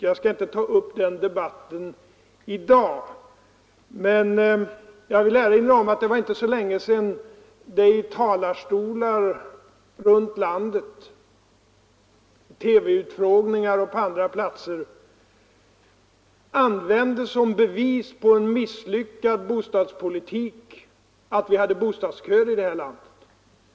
Jag skall inte ta upp den debatten i dag, men jag vill erinra om att det inte var så länge sedan som det från talarstolar landet runt, i TV-utfrågningar och i andra sammanhang anfördes som bevis på en misslyckad bostadspolitik att vi hade bostadsköer i vårt land.